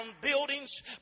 buildings